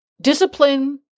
discipline